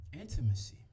intimacy